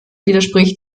widerspricht